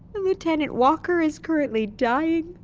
lieutenant walker is currently dying.